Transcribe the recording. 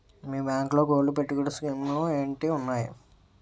మీ బ్యాంకులో గోల్డ్ పెట్టుబడి స్కీం లు ఏంటి వున్నాయి?